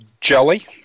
jelly